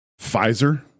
pfizer